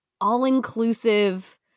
all-inclusive